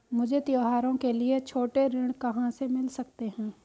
मुझे त्योहारों के लिए छोटे ऋण कहां से मिल सकते हैं?